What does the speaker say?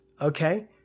Okay